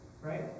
right